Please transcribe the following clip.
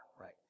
Right